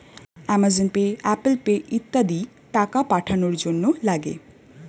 Amazon Pay, Apple Pay ইত্যাদি টাকা পাঠানোর জন্যে লাগে